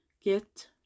get